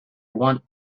want